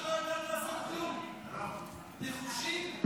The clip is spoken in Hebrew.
איזה נחושים?